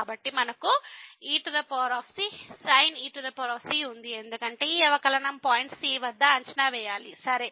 కాబట్టి మనకు ec sin ec ఉంది ఎందుకంటే ఈ అవకలనం పాయింట్ c వద్ద అంచనా వేయాలి సరే